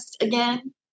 again